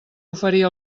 oferir